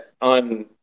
on